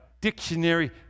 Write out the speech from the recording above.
dictionary